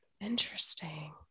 interesting